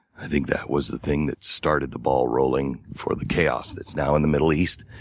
i think that was the thing that started the ball rolling for the chaos that's now in the middle east.